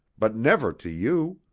but never to you.